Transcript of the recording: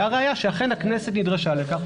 והראיה שאכן הכנסת נדרשה לכך,